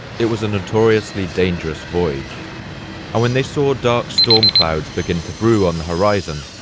it was a notoriously dangerous voyage and when they saw dark storm clouds begin to brew on the horizon,